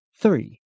Three